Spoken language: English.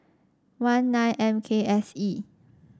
one nine M K S E